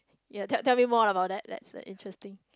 ya tell tell me more about that that's (uh)interesting